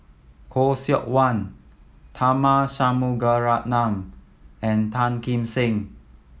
Khoo Seok Wan Tharman Shanmugaratnam and Tan Kim Seng